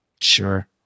sure